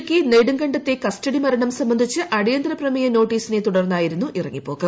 ഇടുക്കി നെടുങ്കണ്ടത്തെ കസ്റ്റഡി മരണം സംബന്ധിച്ച് അടിയന്തര പ്രമേയ നോട്ടീസിനെ തുടർന്നായിരുന്നു ഇറങ്ങിപ്പോക്ക്